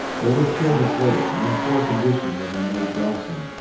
they were short of weight and in poor condition when they made dawson,